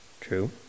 True